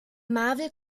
marvel